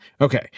Okay